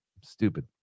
Stupid